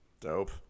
Dope